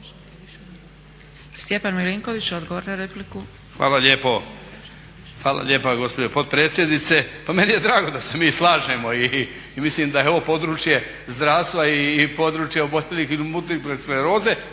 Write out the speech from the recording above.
Stjepan Milinković, odgovor na repliku. **Milinković, Stjepan (HDZ)** Hvala lijepa gospođo potpredsjednice. Pa meni je drago da se mi slažemo i mislim da je ovo područje zdravstva i područje …/Govornik se ne